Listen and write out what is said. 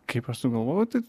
kaip aš sugalvojau tai